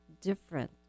different